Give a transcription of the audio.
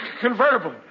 convertible